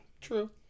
True